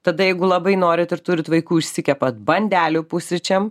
tada jeigu labai norit ir turit vaikų išsikepat bandelių pusryčiam